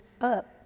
up